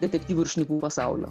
detektyvų ir šnipų pasaulio